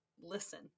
listen